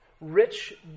rich